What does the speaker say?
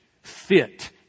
fit